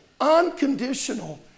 unconditional